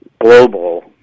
global